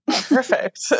Perfect